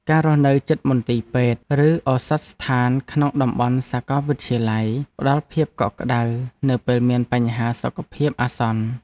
ការរស់នៅជិតមន្ទីរពេទ្យ ឬឱសថស្ថានក្នុងតំបន់សាកលវិទ្យាល័យផ្តល់ភាពកក់ក្តៅនៅពេលមានបញ្ហាសុខភាពអាសន្ន។